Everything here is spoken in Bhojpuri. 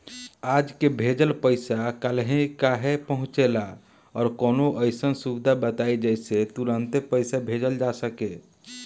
आज के भेजल पैसा कालहे काहे पहुचेला और कौनों अइसन सुविधा बताई जेसे तुरंते पैसा भेजल जा सके?